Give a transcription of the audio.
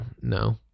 no